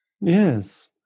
yes